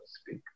speak